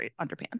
underpants